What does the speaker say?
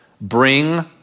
Bring